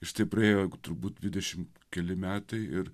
ir štai praėjo turbūt dvidešimt keli metai ir